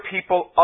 people